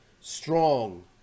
strong